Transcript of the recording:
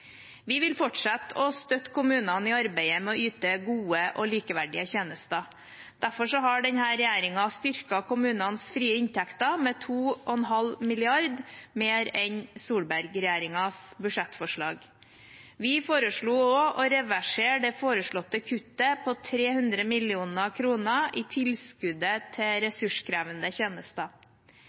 Vi vil fortsette å støtte kommunene i arbeidet med å yte gode og likeverdige tjenester. Derfor har denne regjeringen styrket kommunenes frie inntekter med 2,5 mrd. kr mer enn Solberg-regjeringens budsjettforslag. Vi foreslo også å reversere det foreslåtte kuttet på 300 mill. kr i tilskuddet til ressurskrevende tjenester.